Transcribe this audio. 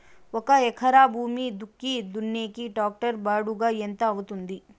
ఒక ఎకరా భూమి దుక్కి దున్నేకి టాక్టర్ బాడుగ ఎంత అవుతుంది?